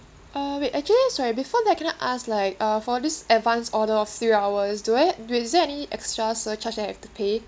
uh wait actually sorry before that can I ask like uh for this advance order of three hours do I is there any extra surcharge that I have to pay